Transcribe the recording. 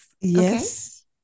Yes